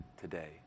today